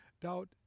Doubt